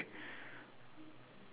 circle the s~